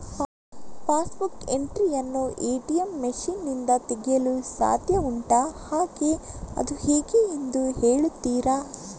Pass book entry ಯನ್ನು ATM machine ನಿಂದ ತೆಗೆಯಲು ಸಾಧ್ಯ ಉಂಟಾ ಹಾಗೆ ಅದು ಹೇಗೆ ಎಂದು ಹೇಳುತ್ತೀರಾ?